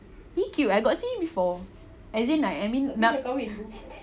he cute I got see him before as in like I mean like nak